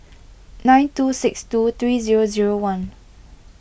nine two six two three zero zero one